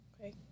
Okay